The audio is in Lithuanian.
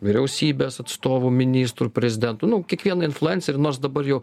vyriausybės atstovų ministrų prezidentų nu kiekvieną influencerį nors dabar jau